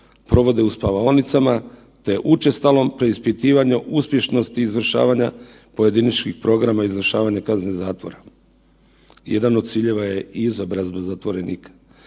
provode u spavaonicama, te učestalom preispitivanju uspješnosti izvršavanja pojedinačnih programa i izvršavanje kazne zatvora. Jedan od ciljeva je i izobrazba zatvorenika.